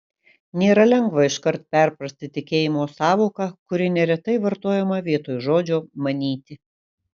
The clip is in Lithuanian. nėra lengva iškart perprasti tikėjimo sąvoką kuri neretai vartojama vietoj žodžio manyti